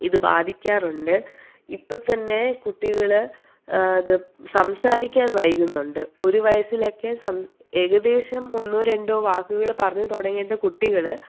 ഇത് ബാധിക്കാറുണ്ട് ഇപ്പോൾ തന്നെ കുട്ടികൾ സംസാരിക്കാൻ വൈകുന്നുണ്ട് ഒരു വയസ്സിലൊക്കെ സം ഏകദേശം ഒന്നോ രണ്ടോ വാക്കുകൾ പറഞ്ഞ് തുടങ്ങിയിട്ട് കുട്ടികൾ